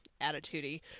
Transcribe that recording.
attitude-y